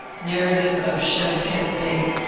narrative of shevket bey.